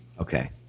Okay